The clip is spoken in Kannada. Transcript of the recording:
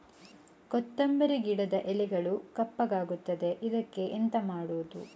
ಕೊತ್ತಂಬರಿ ಗಿಡದ ಎಲೆಗಳು ಕಪ್ಪಗುತ್ತದೆ, ಇದಕ್ಕೆ ಎಂತ ಮಾಡೋದು?